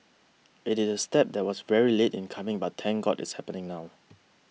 it is a step that was very late in coming but thank God it's happening now